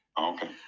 Okay